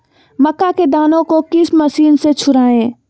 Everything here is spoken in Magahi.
मक्का के दानो को किस मशीन से छुड़ाए?